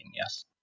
yes